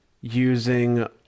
using